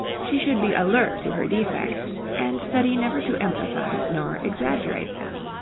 she should be alert to her defects and study never to emphasize nor exaggerate them.